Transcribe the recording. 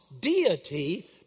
deity